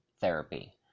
therapy